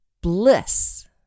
bliss